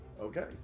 Okay